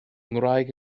ngwraig